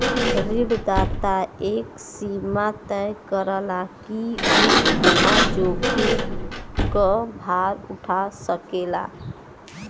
ऋणदाता एक सीमा तय करला कि उ कितना जोखिम क भार उठा सकेला